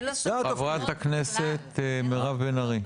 חברת הכנסת מירב בן ארי.